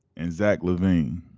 and zach levine.